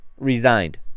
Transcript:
resigned